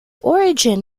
origin